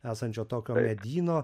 esančio tokio medyno